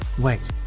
Wait